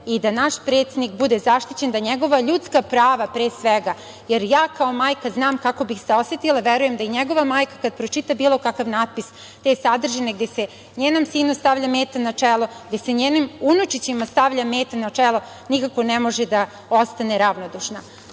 i da naš predsednik bude zaštićen, da njegova ljudska prava, pre svega, jer ja kao majka znam kako bih se osetila, verujem da i njegova majka kada pročita bilo kakav natpis te sadržine gde se njenom sinu stavlja meta na čelo, gde se njenim unučićima stavlja meto na čelo, nikako ne može da ostane ravnodušna. Pozivam